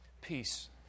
Peace